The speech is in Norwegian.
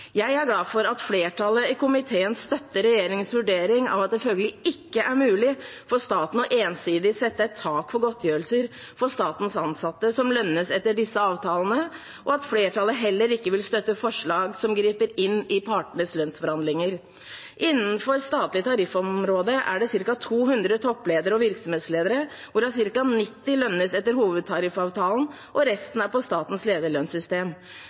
Jeg er glad for at flertallet i komiteen støtter regjeringens vurdering av at det følgelig ikke er mulig for staten ensidig å sette et tak for godtgjørelser for statens ansatte som lønnes etter disse avtalene, og at flertallet heller ikke vil støtte forslag som griper inn i partenes lønnsforhandlinger. Innenfor det statlige tariffområdet er det ca. 200 toppledere og virksomhetsledere, hvorav ca. 90 lønnes etter hovedtariffavtalen, og resten er på statens lederlønnssystem.